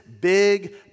big